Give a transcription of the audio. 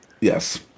Yes